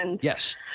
Yes